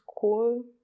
cool